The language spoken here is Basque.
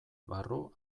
barru